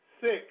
six